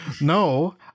no